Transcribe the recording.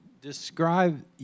Describe